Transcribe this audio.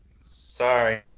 Sorry